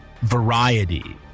variety